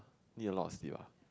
need a lot of sleep lah